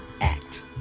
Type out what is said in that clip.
act